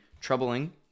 troubling